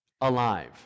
alive